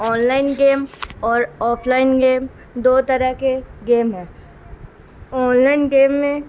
on line game اور offline game دو طرح کے گیم ہیں آن لائن گیم میں